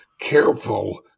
careful